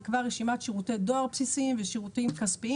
יקבע רשימת שירותי דואר בסיסיים ושירותים כספיים